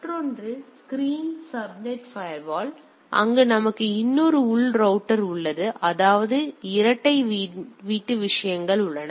மற்றொன்று screened subnet firewall அங்கு நமக்கு இன்னொரு உள் ரௌட்டர் உள்ளது அதாவது இரட்டை வீட்டு விஷயங்கள் உள்ளன